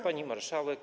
Pani Marszałek!